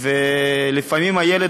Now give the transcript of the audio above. ולפעמים הילד,